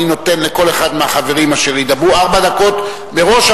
אני נותן לכל אחד מהחברים אשר ידברו ארבע דקות מראש,